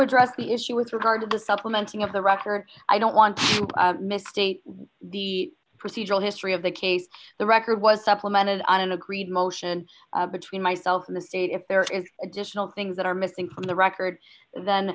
address the issue with regard to the supplementing of the record i don't want to misstate the procedural history of the case the record was supplemented on an agreed motion between myself and the state if there is additional things that are missing from the record then